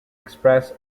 express